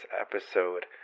episode